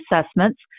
assessments